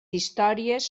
històries